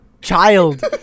child